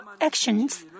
actions